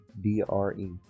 D-R-E